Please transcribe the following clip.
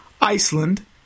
Iceland